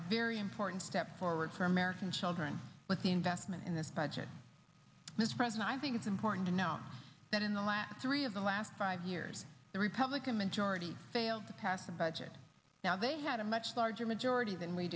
very important step forward for american children with the investment in this budget this president i think it's important to know that in the last three of the last five years the republican majority failed to pass a budget now they had a much larger majority than we